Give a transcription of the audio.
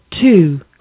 two